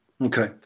Okay